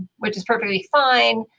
which is perfectly fine.